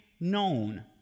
known